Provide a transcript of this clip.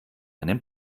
einen